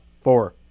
four